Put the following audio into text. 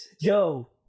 Yo